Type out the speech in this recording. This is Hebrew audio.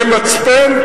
זה מצפן?